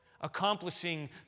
accomplishing